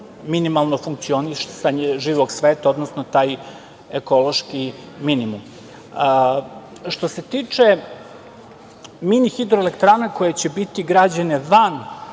minimalno funkcionisanje živog sveta, odnosno taj ekološki minimum. Što se tiče mini hidroelektrana koje će biti građene van